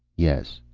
yes.